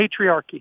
patriarchy